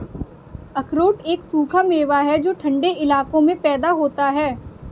अखरोट एक सूखा मेवा है जो ठन्डे इलाकों में पैदा होता है